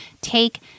take